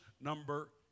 number